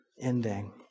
ending